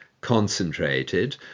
concentrated